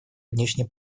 внешней